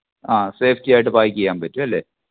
ആ സേഫ്റ്റിയായിട്ട് പാക്ക് ചെയ്യാൻ പറ്റുവല്ലേ